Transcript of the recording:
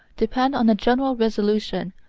depend on a general resolution,